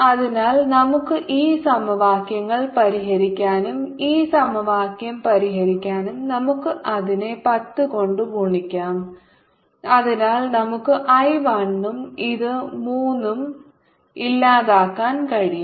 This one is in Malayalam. അതിനാൽ നമുക്ക് ഈ സമവാക്യങ്ങൾ പരിഹരിക്കാനും ഈ സമവാക്യം പരിഹരിക്കാനും നമുക്ക് അതിനെ 10 കൊണ്ട് ഗുണിക്കാം അതിനാൽ നമുക്ക് I 1 ഉം ഇത് 3 ഉം ഇല്ലാതാക്കാൻ കഴിയും